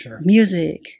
music